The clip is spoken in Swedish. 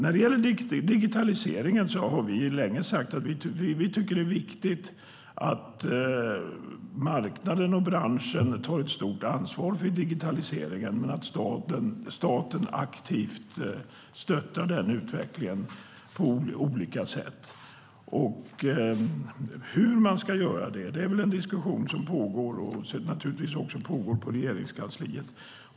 I fråga om digitaliseringen har vi länge sagt att vi tycker att det är viktigt att marknaden och branschen tar ett stort ansvar men att staten aktivt ska stötta utvecklingen på olika sätt. Hur detta ska gå till är en pågående diskussion, också i Regeringskansliet.